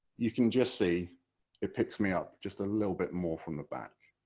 you can just see it picks me up just a little bit more from the back.